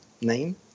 name